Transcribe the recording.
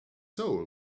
soul